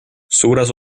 suures